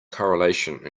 correlation